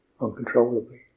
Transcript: uncontrollably